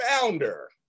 founder